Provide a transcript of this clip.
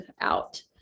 out